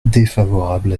défavorable